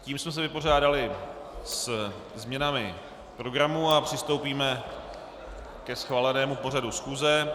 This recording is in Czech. Tím jsme se vypořádali se změnami programu a přistoupíme ke schválenému pořadu schůze.